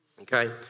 okay